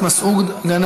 תומך בחוק ומוותר,